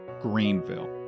Greenville